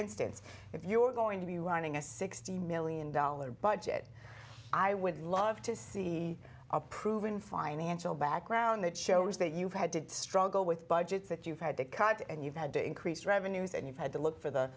instance if you are going to be running a sixty million dollar budget i would love to see a proven financial background that shows that you've had to struggle with budgets that you've had to cut and you've had to increase revenues and you've had to look for the